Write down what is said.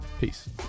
Peace